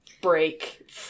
break